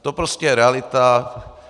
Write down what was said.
To prostě je realita.